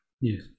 Yes